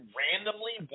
randomly